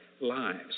lives